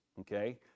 Okay